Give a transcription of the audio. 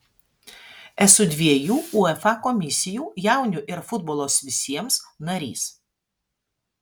esu dviejų uefa komisijų jaunių ir futbolas visiems narys